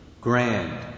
grand